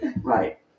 Right